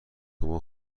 شما